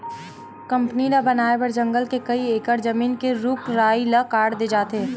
company ल बनाए बर जंगल के कइ एकड़ जमीन के रूख राई ल काट दे जाथे